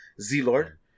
Z-Lord